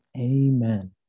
Amen